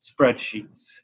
spreadsheets